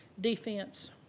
defense